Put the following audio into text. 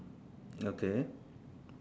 okay